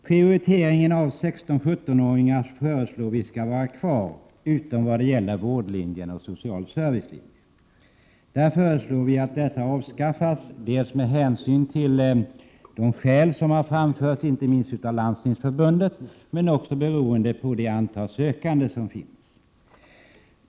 Prioriteringen av 16-17-åringar föreslår vi skall vara kvar utom vad gäller vårdlinjen och social servicelinje, där vi föreslår att den avskaffas dels med hänsyn till de skäl som har anförts inte minst av Landstingsförbundet, dels beroende på det antal sökande som finns.